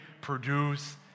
produce